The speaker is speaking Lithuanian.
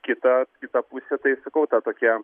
kita kita pusė tai sakau ta tokia